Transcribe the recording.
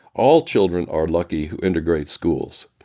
all children are lucky who integrate schools.